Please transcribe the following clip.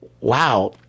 wow